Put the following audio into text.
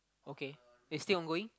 okay it's still on going